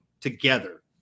together